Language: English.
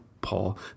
Paul